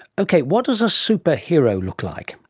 okay, what does a superhero look like?